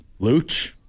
Luch